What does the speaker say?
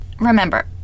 Remember